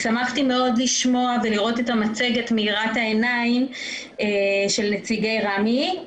שמחתי מאוד לשמוע ולראות את המצגת מאירת העיניים של נציגי רמ"י.